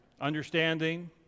Understanding